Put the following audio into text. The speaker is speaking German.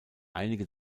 einige